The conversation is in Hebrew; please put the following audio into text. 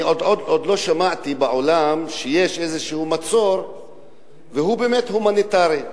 אני עוד לא שמעתי בעולם שיש איזה מצור והוא באמת הומניטרי.